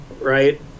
right